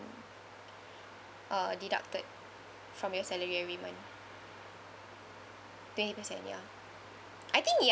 uh deducted from your salary every month twenty percent ya I think ya